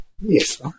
Yes